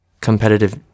competitive